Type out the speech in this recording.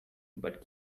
but